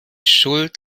schuld